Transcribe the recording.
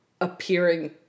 appearing